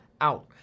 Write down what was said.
out